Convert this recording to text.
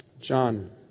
John